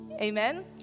Amen